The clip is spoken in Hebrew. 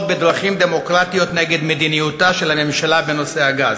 בדרכים דמוקרטיות נגד מדיניותה של הממשלה בנושא הגז.